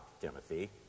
Timothy